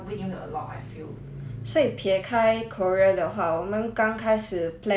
所以撇开 korea 的话我们刚开始 plan 是 korea